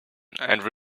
and